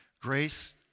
grace